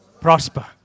prosper